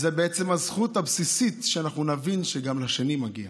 זו בעצם הזכות הבסיסית, שנבין שגם לשני מגיע.